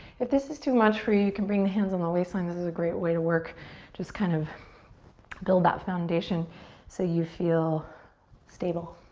if this is too much for you, you can bring the hands on the waistline. this is a great way to work just kind of build that foundation so you feel stable,